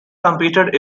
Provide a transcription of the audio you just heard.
competed